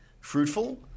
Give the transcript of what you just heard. fruitful